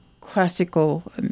classical